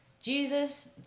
Jesus